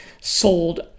sold